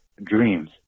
dreams